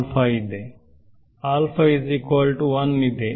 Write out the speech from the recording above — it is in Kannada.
ವಿದ್ಯಾರ್ಥಿ ಆಲ್ಫಾ ಇದೆ